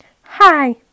Hi